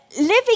living